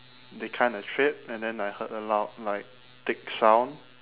they kind of tripped and then I heard a loud like tick sound